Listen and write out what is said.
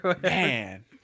Man